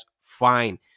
fine